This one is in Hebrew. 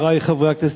חברי חברי הכנסת,